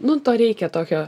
nuo to reikia tokio